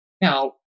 Now